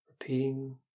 repeating